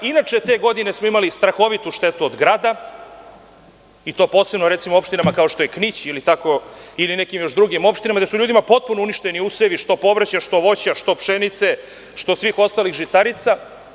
Inače, te godine smo imali strahovitu štetu od grada, i to posebno u opštinama kao što je Knić ili nekim drugim opštinama gde su ljudima potpuno uništeni usevi, što povrće, što voće, što pšenica, što svih ostalih žitarica.